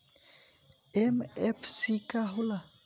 MFC का हो़ला?